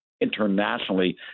internationally